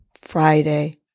Friday